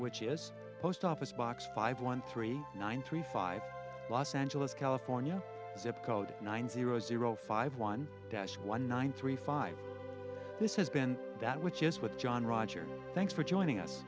which is post office box five one three nine three five los angeles california zip code nine zero zero five one dash one nine three five this has been that which is what john rogers thanks for joining us